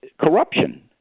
corruption